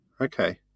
Okay